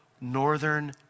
northern